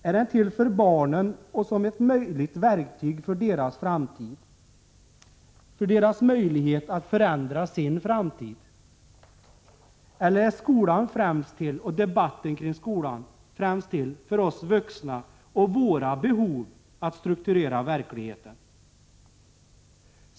Är den till för barnen och som ett möjligt verktyg för deras framtid, för deras möjlighet att förändra sin framtid? Eller är skolan och debatten kring skolan främst till för oss vuxna och våra behov av att strukturera verkligheten?